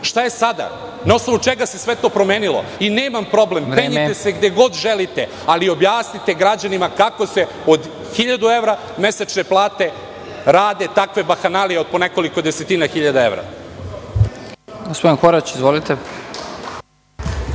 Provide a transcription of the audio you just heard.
Šta je sada? Na osnovu čega se sve to sada promenilo. Nemam problem, penjite se gde god želite, ali objasnite građanima kako se od 1.000 evra mesečne plate rade takve bahanalije od po nekoliko desetina hiljada evra.